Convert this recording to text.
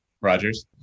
Rogers